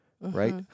right